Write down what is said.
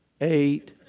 Eight